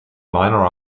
minor